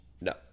No